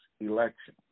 election